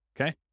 okay